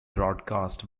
broadcast